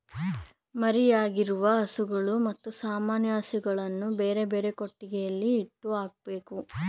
ಮರಿಯಾಕಿರುವ ಹಸುಗಳು ಮತ್ತು ಸಾಮಾನ್ಯ ಹಸುಗಳನ್ನು ಬೇರೆಬೇರೆ ಕೊಟ್ಟಿಗೆಯಲ್ಲಿ ಇಟ್ಟು ಹಾಕ್ಬೇಕು